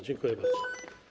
Dziękuję bardzo.